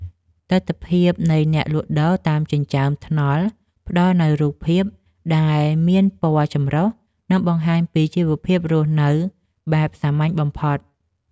ទិដ្ឋភាពនៃអ្នកលក់ដូរតាមចិញ្ចើមថ្នល់ផ្ដល់នូវរូបភាពដែលមានពណ៌ចម្រុះ និងបង្ហាញពីជីវភាពរស់នៅបែបសាមញ្ញបំផុត។